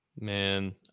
Man